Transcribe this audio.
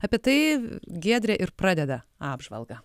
apie tai giedrė ir pradeda apžvalgą